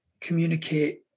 communicate